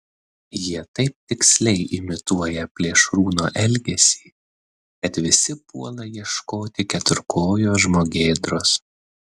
jie taip tiksliai imituoja plėšrūno elgesį kad visi puola ieškoti keturkojo žmogėdros